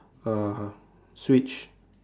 uh switch